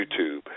YouTube